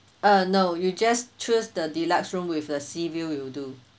uh no you just choose the deluxe room with a seaview will do